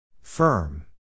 Firm